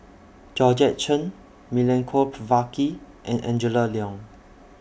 Georgette Chen Milenko Prvacki and Angela Liong